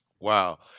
Wow